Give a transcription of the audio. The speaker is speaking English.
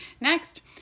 next